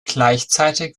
gleichzeitig